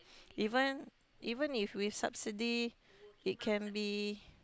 even even with subsidy it can be